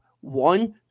One